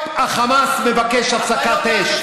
החמאס מבקש הפסקת אש.